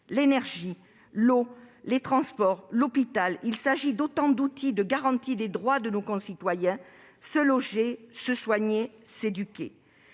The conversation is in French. l'énergie, l'eau, les transports, l'hôpital ... Il s'agit d'autant d'outils de garantie des droits de nos concitoyens : se loger, se soigner, s'éduquer